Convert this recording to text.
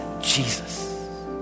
Jesus